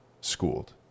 schooled